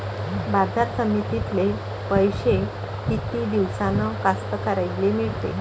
बाजार समितीतले पैशे किती दिवसानं कास्तकाराइले मिळते?